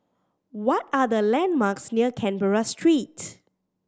what are the landmarks near Canberra Street